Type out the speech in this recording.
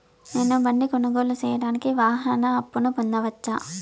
నేను బండి కొనుగోలు సేయడానికి వాహన అప్పును పొందవచ్చా?